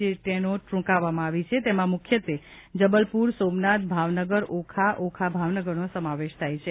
જે ટ્રેનો ટ્રંકાવવામાં આવી છે તેમાં મુખ્યત્વે જબલપુર સોમનાથ ભાવનગર ઓખા ઓખા ભાવનગરનો સમાવેશ થાય છે